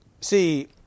See